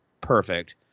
perfect